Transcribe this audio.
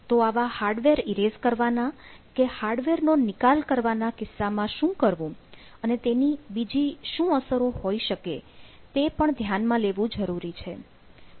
તો આવા hardware erase કરવાના કે હાર્ડવેર નો નિકાલ કરવાના કિસ્સામાં શું કરવું અને તેની બીજી શું અસરો હોઈ શકે તે પણ ધ્યાનમાં લેવું જરૂરી છે